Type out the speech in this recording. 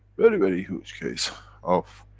very, very huge case of.